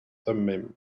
thummim